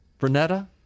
Vernetta